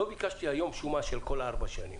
לא ביקשתי היום שומה של כל הארבע שנים.